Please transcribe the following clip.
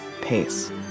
pace